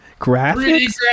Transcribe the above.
graphics